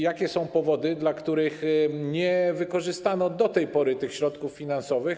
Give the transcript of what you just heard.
Jakie są powody, dla których nie wykorzystano do tej pory tych środków finansowych?